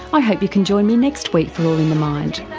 i hope you can join me next week for all in the mind